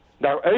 Now